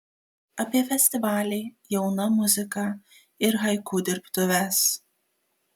apie festivalį jauna muzika ir haiku dirbtuves